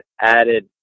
added